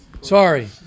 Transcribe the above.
Sorry